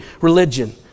religion